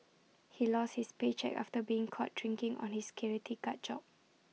he lost his paycheck after being caught drinking on his security guard job